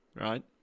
Right